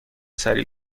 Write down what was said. سریع